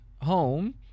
home